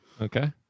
Okay